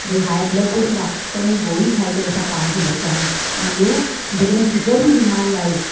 भइ high blood pressure आहे त उनजी गोरी खाई करे असां पाण खे बचायूं ऐं ॿियो जे कॾहिं शुगर जी बीमारी आहे